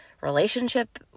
relationship